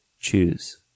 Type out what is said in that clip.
choose